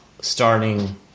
starting